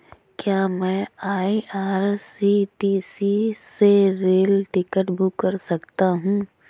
क्या मैं आई.आर.सी.टी.सी से रेल टिकट बुक कर सकता हूँ?